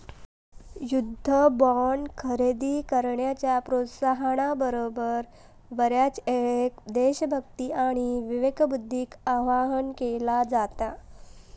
युद्ध बॉण्ड खरेदी करण्याच्या प्रोत्साहना बरोबर, बऱ्याचयेळेक देशभक्ती आणि विवेकबुद्धीक आवाहन केला जाता